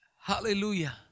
Hallelujah